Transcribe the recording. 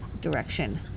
direction